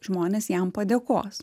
žmonės jam padėkos